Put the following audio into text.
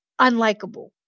unlikable